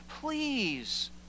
Please